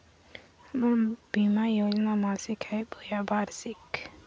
हमर बीमा योजना मासिक हई बोया वार्षिक?